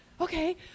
okay